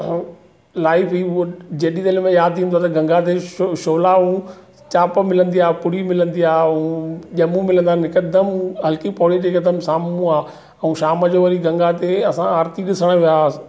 उहो जॾहिं दिलि में यादि ईंदो आहे त गंगा ते छो छोला ऐं चाप मिलंदी आहे पूड़ी मिलंदी आहे ऐं ॼमूं मिलंदा आहिनि हिकदमि हरि की पौड़ी जे हिकदमि साम्हूं आहे ऐं शाम जो वरी गंगा ते असां आरती जे समय वियासीं